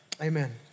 Amen